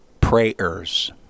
prayers